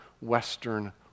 Western